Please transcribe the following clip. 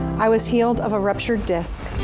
i was healed of a ruptured disc.